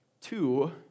Two